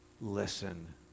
listen